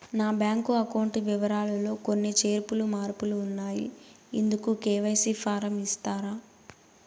నా bank account వివరాలు లో కొన్ని చేర్పులు మార్పులు ఉన్నాయి, ఇందుకు కె.వై.సి ఫారం ఇస్తారా?